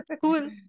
cool